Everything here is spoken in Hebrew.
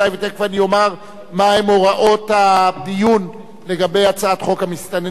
ותיכף אני אומר מהן הוראות הדיון לגבי הצעת חוק המסתננים,